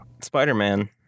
Spider-Man